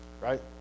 right